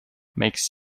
makes